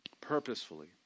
Purposefully